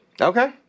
Okay